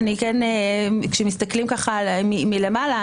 כאשר מסתכלים מלמעלה,